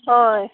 हय